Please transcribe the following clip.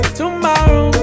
tomorrow